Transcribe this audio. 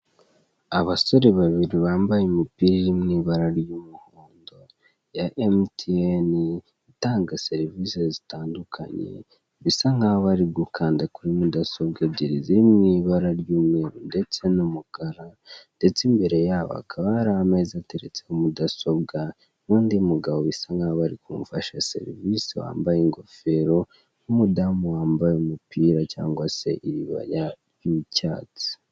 Abasore babiri bambaye imipira iri mu ibara ry'umuhondo ya emutiyeni itanga serivisi zitandukanye bisa nkaho bari gukanda kuri mudasobwa ebyiri ziri mui ibara ry'umweru ndetse n'umukara, ndetse imbere yabo akaba hari ameza ateretseho mudasobwa, n'undi mugabo bisa nkaho bari kumufasha serivisi wambaye ingofero n'umudamu wambaye umupira cyangwa se iribaya ry'icyatsi.